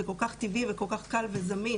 זה כל כך טבעי וכל כך קל וזמין,